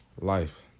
life